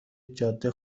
جاده